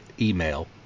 email